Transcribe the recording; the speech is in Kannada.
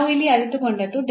ನಾವು ಇಲ್ಲಿ ಅರಿತುಕೊಂಡದ್ದು